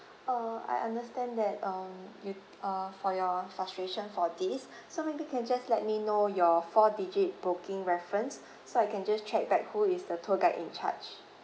err I understand that err you err for your frustration for this so maybe you can just let me know your four digit booking reference so I can just check back who is the tour guide in charge